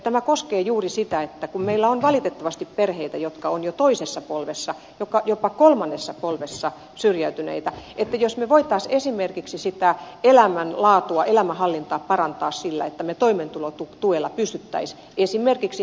tämä koskee juuri sitä kun meillä on valitettavasti perheitä jotka ovat jo toisessa polvessa jopa kolmannessa polvessa syrjäytyneitä että jos me voisimme esimerkiksi sitä elämänlaatua elämänhallintaa parantaa sillä että me toimeentulotuella pystyisimme esimerkiksi harrasteisiin ja niin edelleen